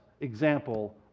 Example